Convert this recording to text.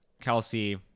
Kelsey